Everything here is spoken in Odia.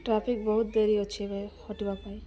ଟ୍ରାଫିକ ବହୁତ ଦେରି ଅଛି ଏବେ ହଟିବା ପାଇଁ